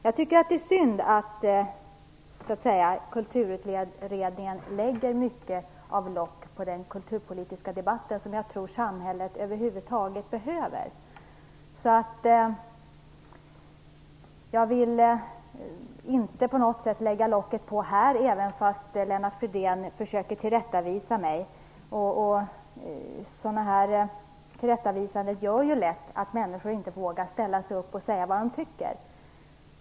Jag tycker att det är synd att Kulturutredningen lägger lock på den kulturpolitiska debatten, som jag tror att samhället behöver. Jag vill inte på något sätt lägga locket på här, trots att Lennart Fridén försöker tillrättavisa mig. Sådana här tillrättavisanden gör lätt att människor inte vågar ställa sig upp och säga vad de tycker.